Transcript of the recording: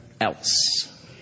else